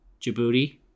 Djibouti